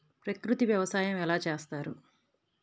ప్రకృతి వ్యవసాయం ఎలా చేస్తారు?